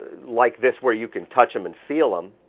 ah like this where you can touch them and feel them,